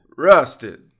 Rusted